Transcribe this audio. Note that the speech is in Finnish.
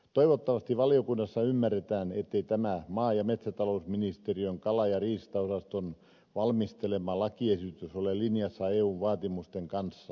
toivottavasti valiokunnassa ymmärretään ettei tämä maa ja metsätalousministeriön kala ja riistaosaston valmistelema lakiesitys ole linjassa eun vaatimusten kanssa